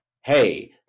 hey